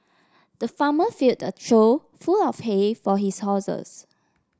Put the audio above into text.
the farmer filled a trough full of hay for his horses